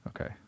Okay